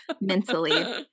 mentally